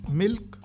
milk